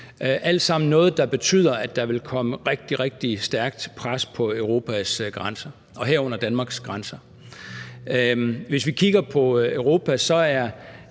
flytte sig, noget, der betyder, at der vil komme et rigtig, rigtig stærkt pres på Europas grænser, herunder Danmarks grænser. Hvis vi kigger på Europa, er